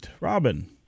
Robin